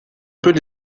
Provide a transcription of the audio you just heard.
peut